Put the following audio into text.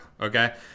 okay